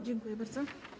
Dziękuję bardzo.